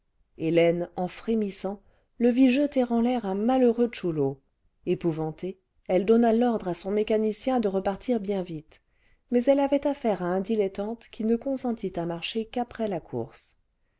hélène en frémissant le vit jeter en l'air un malheureux chulo épouvantée elle donna l'ordre à son mécanicien de repartir bien vite mais elle avait affaire à un dilettante qui ne consentit à marcher qu'après la course